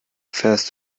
fährst